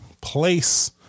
place